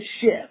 shift